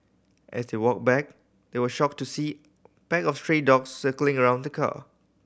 as they walked back they were shocked to see pack of stray dogs circling around the car